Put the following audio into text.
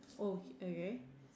oh hit again